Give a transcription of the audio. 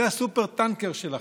זה הסופר-טנקר שלכם,